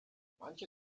manche